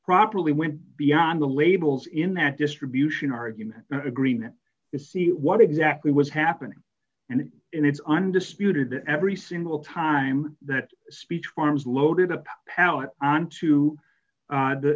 probably went beyond the labels in that distribution argument agreement to see what exactly was happening and in it's undisputed every single time that speech forms loaded a power onto the